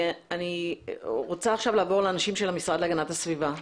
אני רוצה לעבור לאנשי המשרד להגנת הסביבה.